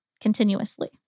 continuously